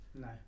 No